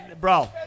Bro